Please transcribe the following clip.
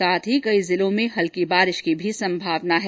साथ ही कई जिलों में हल्की बारिश की भी संभावना है